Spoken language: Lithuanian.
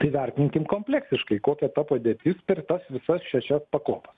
tai vertinkim kompleksiškai kokia ta padėtis per tas visas šešias pakopas